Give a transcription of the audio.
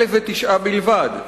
1,009 בלבד.